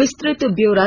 विस्तृत ब्यौरा दिया